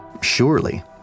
Surely